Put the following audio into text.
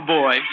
boy